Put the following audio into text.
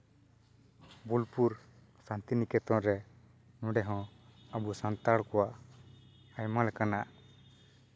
ᱵᱳᱞᱯᱩᱨ ᱥᱟᱱᱛᱤᱱᱤᱠᱮᱛᱚᱱ ᱨᱮ ᱱᱚᱰᱮ ᱦᱚᱸ ᱟᱵᱚ ᱥᱟᱱᱛᱟᱲ ᱠᱚᱣᱟᱜ ᱟᱭᱢᱟ ᱞᱮᱠᱟᱱᱟᱜ